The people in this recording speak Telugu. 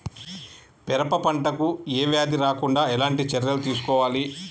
పెరప పంట కు ఏ వ్యాధి రాకుండా ఎలాంటి చర్యలు తీసుకోవాలి?